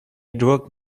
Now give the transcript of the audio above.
dropped